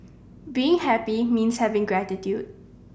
being happy means having gratitude